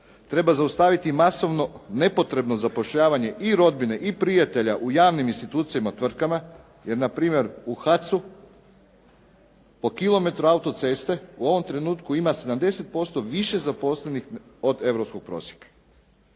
treba zaustaviti masovno nepotrebno zapošljavanje i rodbine i prijatelja u javnim institucijama i tvrtkama jer na primjer, u HAC-u po kilometru autoceste u ovom trenutku ima 70% više zaposlenih od europskog prosjeka.